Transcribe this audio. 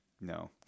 no